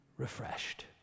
refreshed